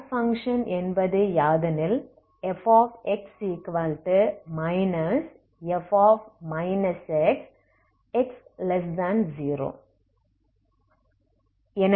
add function என்பது யாதெனில் Fx F x0